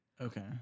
Okay